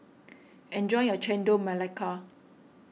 enjoy your Chendol Melaka